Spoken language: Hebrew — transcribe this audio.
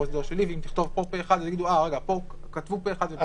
הסדר שלילי ואם תכתוב פה "פה אחד" אז יגידו פה כתבו פה אחד מה עם שם?